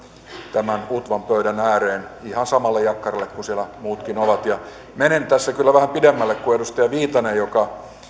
tämän utvan pöydän ääreen ihan samalle jakkaralle kuin siellä muutkin ovat ja menen tässä kyllä vähän pidemmälle kuin edustaja viitanen joka